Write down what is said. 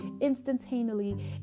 instantaneously